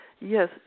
Yes